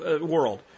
world